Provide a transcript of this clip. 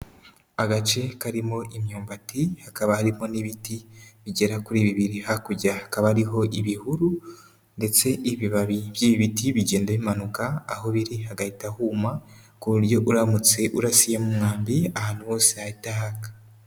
Agace karimo imyumbati, hakaba harimo n'ibiti bigera kuri bibiri, hakurya hakaba hariho ibihuru, ndetse ibibabi by'ibiti bigenda bimanuka, aho biri hagahita huma, ku buryo uramutse urasiyemo umwambi ahantu hose hahita haka.